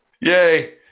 Yay